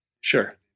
Sure